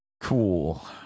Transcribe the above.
Cool